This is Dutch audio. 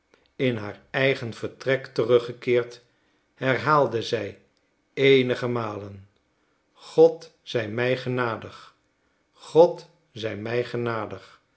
in haar eigen vertrek teruggekeerd herhaalde zij eenige malen god zij mij genadig god zij mij genadig